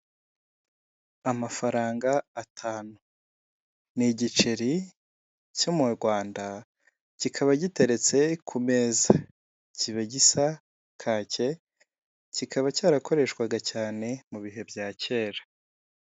Amafaranga atanu, ni igiceri cyo mu Rwanda kikaba giteretse ku meza kiba gisa kake, kikaba cyarakoreshwaga cyane mu bihe bya kera.